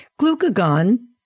Glucagon